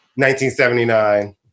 1979